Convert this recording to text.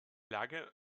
lage